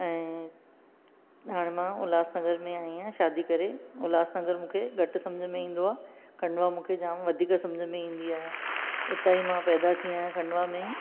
ऐं हाणे मां उल्हासनगर में आई आहियां शादी करे उल्हासनगर मूंखे घटि सम्झ में ईंदो आहे खंडवा मूंखे जामु वधीक सम्झ में ईंदी आहे उतां ई मां पैदा थी आहियां खंडवा में ई